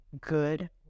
good